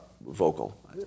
vocal